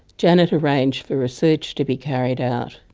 janet arranged for research to be carried out.